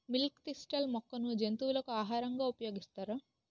Milk thistle మొక్కను జంతువులకు ఆహారంగా ఉపయోగిస్తారా?